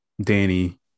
danny